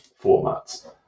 formats